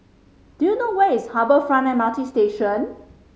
do you know where is Harbour Front M R T Station